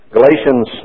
Galatians